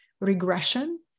regression